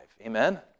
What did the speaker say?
Amen